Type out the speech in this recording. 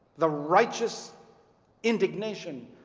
the righteous indignation,